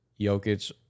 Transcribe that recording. Jokic